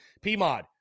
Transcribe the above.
PMOD